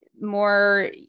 more